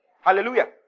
Hallelujah